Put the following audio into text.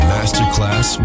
Masterclass